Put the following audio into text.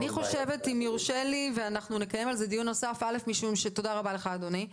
תודה רבה לך, אדוני.